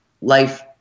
life